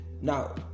now